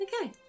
okay